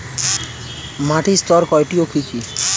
মাটির স্তর কয়টি ও কি কি?